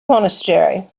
monastery